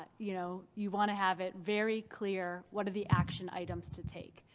ah you know you want to have it very clear, what are the action items to take?